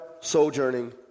sojourning